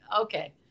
okay